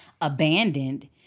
abandoned